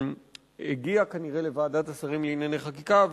הגיעה כנראה לוועדת השרים לענייני חקיקה,